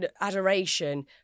adoration